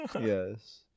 yes